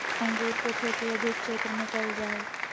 अंगूर के खेती अधिक क्षेत्र में कइल जा हइ